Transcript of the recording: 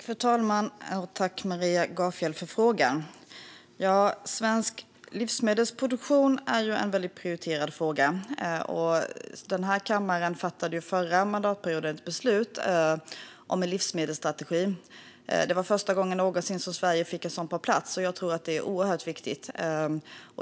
Fru talman! Tack, Maria Gardfjell, för frågan! Svensk livsmedelsproduktion är en prioriterad fråga. Den här kammaren fattade förra mandatperioden beslut om en livsmedelsstrategi. Det var första gången någonsin som Sverige fick en sådan på plats. Jag tror att det är oerhört viktigt.